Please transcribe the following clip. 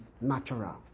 natural